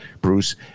Bruce